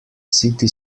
city